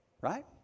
Right